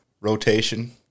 rotation